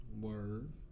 Word